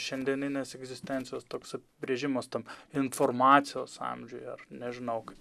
šiandieninės egzistencijos toks apibrėžimas tam informacijos amžiuj ar nežinau kaip